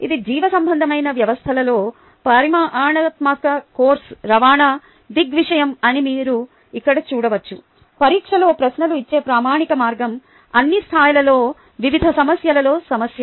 ఇది జీవసంబంధమైన వ్యవస్థలలో పరిమాణాత్మక కోర్సు రవాణా దృగ్విషయం అని మీరు ఇక్కడ చూడవచ్చు పరీక్షలో ప్రశ్నలు ఇచ్చే ప్రామాణిక మార్గం అన్ని స్థాయిలలోని వివిధ సమస్యలలో సమస్య